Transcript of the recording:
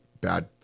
bad